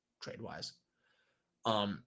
trade-wise